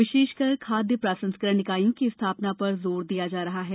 विशेषकर खाद्य प्र संस्करण इकाईयों की स्था ना र जोर दिया जा रहा है